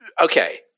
okay